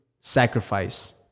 sacrifice